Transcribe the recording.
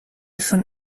schon